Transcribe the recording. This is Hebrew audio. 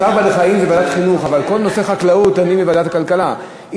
צער בעלי-חיים זה ועדת החינוך אבל בכל נושא החקלאות דנים בוועדת הכלכלה.